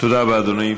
תודה רבה, אדוני.